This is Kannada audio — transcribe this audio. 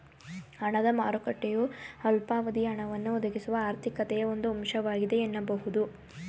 ಹಣದ ಮಾರುಕಟ್ಟೆಯು ಅಲ್ಪಾವಧಿಯ ಹಣವನ್ನ ಒದಗಿಸುವ ಆರ್ಥಿಕತೆಯ ಒಂದು ಅಂಶವಾಗಿದೆ ಎನ್ನಬಹುದು